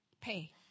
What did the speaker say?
pay